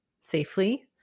safely